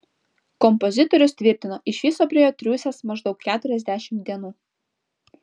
kompozitorius tvirtino iš viso prie jo triūsęs maždaug keturiasdešimt dienų